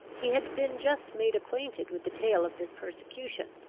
he had been just made acquainted with the tale of this persecution.